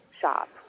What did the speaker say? shop